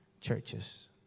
churches